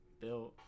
built